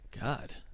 God